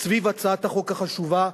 סביב הצעת החוק החשובה.